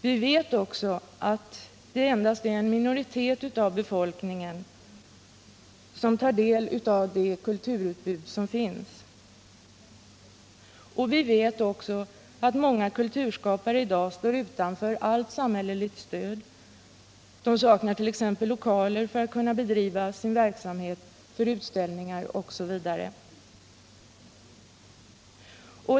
Vi vet också att endast en minoritet av befolkningen tar del av det kulturutbud som finns. Dessutom står många kulturskapare helt utan samhälleligt stöd för sin verksamhet — de saknar t.ex. lokaler för att bedriva sin verksamhet, för utställningar osv.